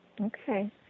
Okay